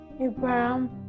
Abraham